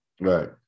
right